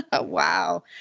Wow